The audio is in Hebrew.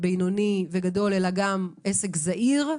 בינוני וגדול, אלא גם עסק זעיר,